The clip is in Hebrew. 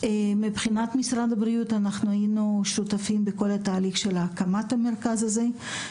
מבחינת משרד הבריאות אנחנו היינו שותפים בכל התהליך של הקמת המרכז הזה,